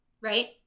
right